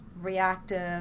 reactive